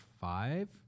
five